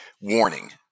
warning